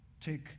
Take